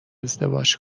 ازدواج